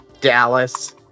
Dallas